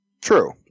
True